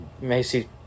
Macy